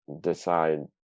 decide